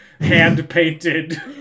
hand-painted